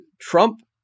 Trump